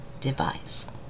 device